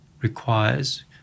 requires